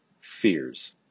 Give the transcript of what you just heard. fears